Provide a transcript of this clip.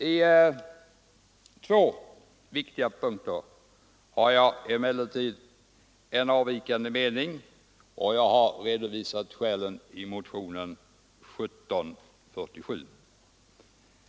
På två viktiga punkter har jag emellertid en avvikande mening, och jag har redovisat skälen i motionen 1947.